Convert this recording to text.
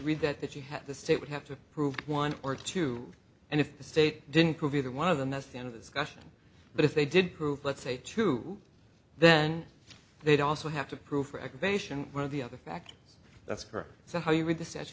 read that that she had the state would have to prove one or two and if the state didn't prove either one of them that's the end of the discussion but if they did prove let's say two then they'd also have to prove for aggravation one of the other facts that's correct so how do you read the statu